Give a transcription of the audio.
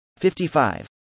55